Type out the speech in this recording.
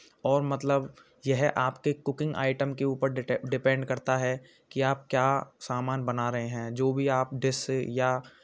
और मतलब यह आपके कुकिंग आइटम के ऊपर डिपेंड करता है कि आप क्या सामान बना रहे हैं जो भी आप डिश या